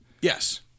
Yes